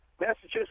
Massachusetts